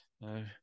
No